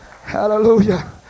Hallelujah